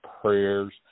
prayers